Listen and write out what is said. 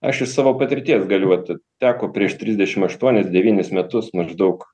aš iš savo patirties galiu vat teko prieš trisdešim aštuonis devynis metus maždaug